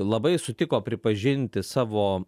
labai sutiko pripažinti savo